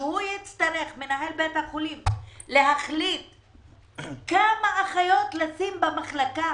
שמנהל בית החולים יצטרך להחליט כמה אחיות לשים במחלקה,